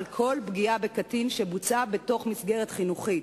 כל פגיעה בקטין שבוצעה בתוך מסגרת חינוכית,